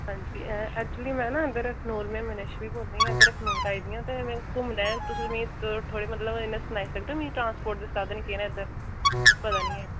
हांजी ऐक्चुअली में ना इद्धर अखनूर में मानेश्वी बोल्ला निं इद्धर अखनूर आई दी आं ते में घुम्मना ऐ ते तुस मिकी थोह्ड़े मतलब इ'यां सनाई सकदे ओ मिकी ट्रांसपोर्ट दे साधन केह् न इद्धर पता निं ऐ